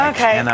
Okay